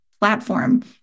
platform